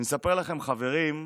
אני אספר לכם, חברים,